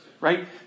right